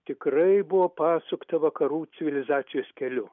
tikrai buvo pasukta vakarų civilizacijos keliu